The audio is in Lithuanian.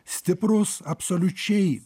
stiprus absoliučiai